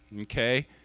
okay